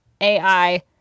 AI